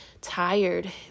tired